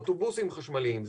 אוטובוסים חשמליים.